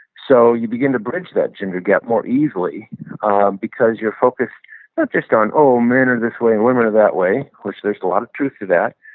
so you begin to bridge that gender gap more easily um because you're focused not just on, oh, men are this way and women are that way, which there's a lot of truth to that,